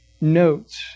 notes